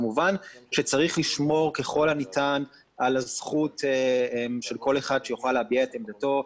כמובן שצריך לשמור ככל הניתן על הזכות של כל אחד שיוכל להביע את עמדתו,